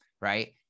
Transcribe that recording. Right